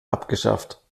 abgeschafft